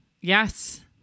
Yes